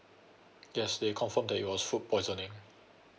yes they confirmed that it was food poisoning